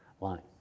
line